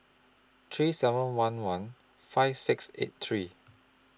three seven one one five six eight three